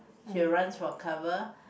she will runs for cover